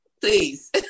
please